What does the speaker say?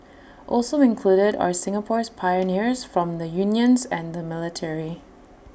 also included are Singapore's pioneers from the unions and the military